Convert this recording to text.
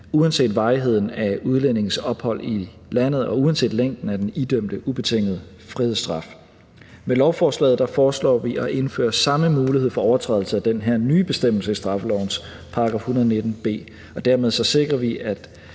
uanset varigheden af udlændinges ophold i Danmark og uanset længden af den idømte ubetingede frihedsstraf. Med lovforslaget foreslår vi at indføre samme mulighed for overtrædelse af den her nye bestemmelse i straffelovens § 119 b, og dermed sikrer vi, at